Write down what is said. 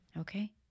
Okay